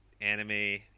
anime